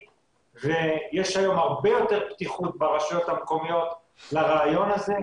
ויש היום הרבה יותר פתיחות ברשויות המקומיות לרעיון הזה.